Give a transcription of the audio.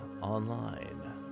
online